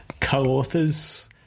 co-authors